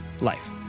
life